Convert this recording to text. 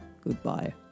goodbye